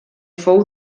fou